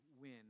win